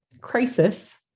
crisis